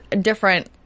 different